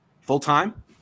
full-time